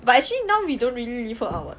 but actually now we don't really leave her out [what]